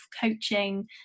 coaching